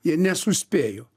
jie nesuspėjo